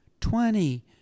twenty-